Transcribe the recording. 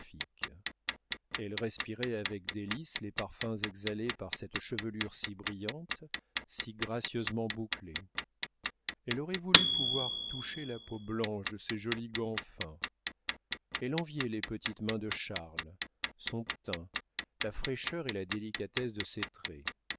elle respirait avec délices les parfums exhalés par cette chevelure si brillante si gracieusement bouclée elle aurait voulu pouvoir toucher la peau blanche de ces jolis gants fins elle enviait les petites mains de charles son teint la fraîcheur et la délicatesse de ses traits